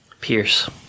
Pierce